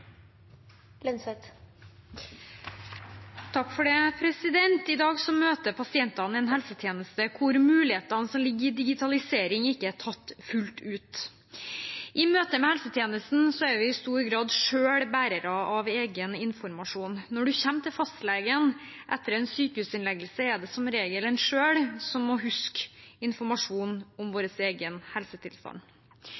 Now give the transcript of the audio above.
I dag møter pasientene en helsetjeneste der mulighetene som ligger i digitalisering, ikke er tatt fullt ut. I møte med helsetjenesten er vi i stor grad selv bærere av egen informasjon. Når en kommer til fastlegen etter en sykehusinnleggelse, er det som regel en selv som må huske informasjon om